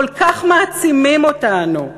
כל כך מעצימים אותנו,